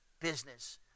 business